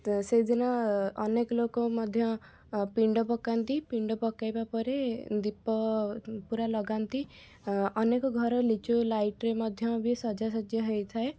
ତ ସେଇଦିନ ଅନେକ ଲୋକ ମଧ୍ୟ ପିଣ୍ଡ ପକାନ୍ତି ପିଣ୍ଡ ପକାଇବା ପରେ ଦୀପ ପୂରା ଲଗାନ୍ତି ଅନେକ ଘର ଲିଚୁ ଲାଇଟ୍ ରେ ମଧ୍ୟବି ସଜାସଜ୍ୟା ହୋଇଥାଏ